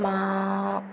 मा